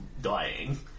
dying